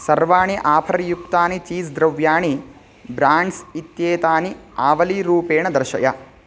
सर्वाणि आफर् युक्तानि चीस् द्रव्याणि ब्राण्ड्स् इत्येतानि आवलीरूपेण दर्शय